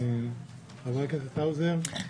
חבר הכנסת האוזר.